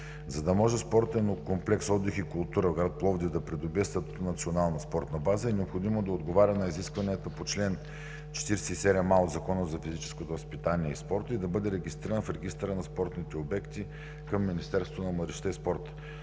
За да може спортен комплекс „Отдих и култура“ в град Пловдив да придобие статут на национална спортна база, е необходимо да отговаря на изискванията по чл. 47а от Закона за физическото възпитание и спорта и да бъде регистриран в регистъра на спортните обекти към Министерството на младежта и спорта.